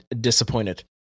disappointed